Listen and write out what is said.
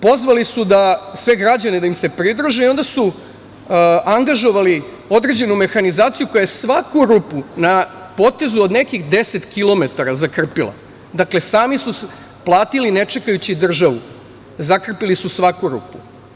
Pozvali su sve građane da im se pridruže i onda su angažovali određenu mehanizaciju koja je svaku rupu na potezu od nekih deset kilometara zakrpila, dakle sami su platili ne čekajući državu, zakrpili su svaku rupu.